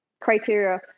criteria